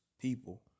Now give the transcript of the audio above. people